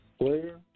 Player